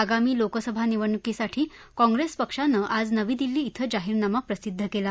आगामी लोकसभा निवडणुकीसाठी काँग्रेस पक्षानं आज नवी दिल्ली कें जाहीरनामा प्रसिद्ध केला